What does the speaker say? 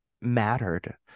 mattered